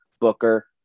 Booker